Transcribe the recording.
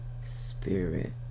Spirit